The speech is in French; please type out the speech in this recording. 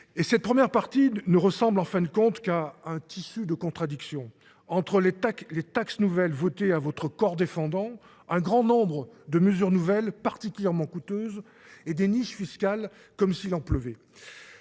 Et cette première partie ne ressemble en fin de compte qu'à un tissu de contradiction, entre les taxes nouvelles votées à votre corps défendant, un grand nombre de mesures nouvelles particulièrement coûteuses et des niches fiscales comme s'il en pleuvait.